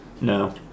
No